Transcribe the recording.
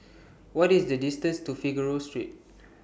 What IS The distance to Figaro Street